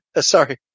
sorry